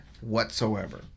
whatsoever